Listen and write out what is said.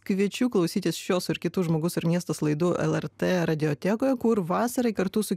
kviečiu klausytis šios ir kitų žmogus ir miestas laidų lrt radiotekoje kur vasarą kartu su